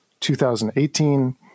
2018